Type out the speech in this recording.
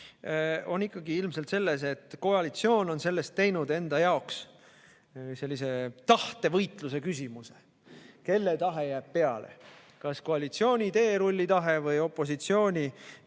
on ilmselt see, et koalitsioon on sellest teinud enda jaoks tahtevõitluse küsimuse: kelle tahe jääb peale, kas koalitsiooni teerullitahe või opositsiooni